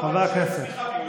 חברי הכנסת,